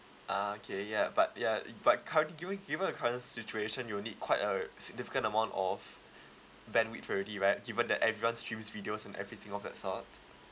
ah okay ya but ya but current given given the current situation you'll need quite a significant amount of bandwidth already right given that everyone streams videos and everything of that sort